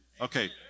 Okay